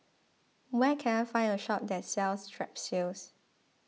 where can I find a shop that sells Strepsils